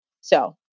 So-